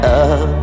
up